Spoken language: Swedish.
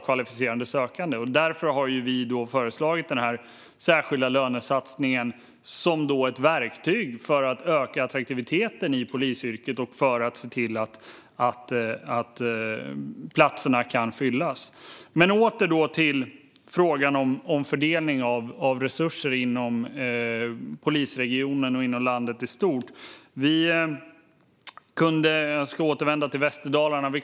Det är ett verktyg för att öka attraktiviteten i polisyrket och fylla platserna, för det är ju en klen tröst att ha många utbildningsplatser om de inte kan fyllas av kvalificerade sökande. Åter till frågan om fördelningen av resurser inom polisregionerna och landet i stort. Låt mig återvända till Västerdalarna.